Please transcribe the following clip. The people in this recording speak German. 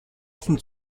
offen